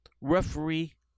Referee